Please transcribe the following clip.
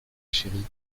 chérie